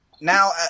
now